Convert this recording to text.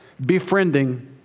befriending